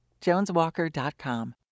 joneswalker.com